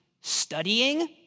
Studying